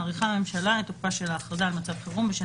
מאריכה הממשלה את תוקפה של ההכרזה על מצב חירום בשל